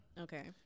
Okay